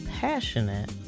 passionate